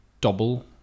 double